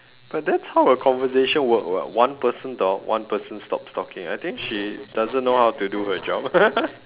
but that's how a conversation work [what] one person talk one person stops talking I think she doesn't know how to do her job